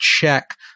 check